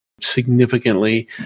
significantly